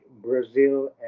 Brazil